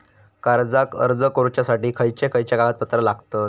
कर्जाक अर्ज करुच्यासाठी खयचे खयचे कागदपत्र लागतत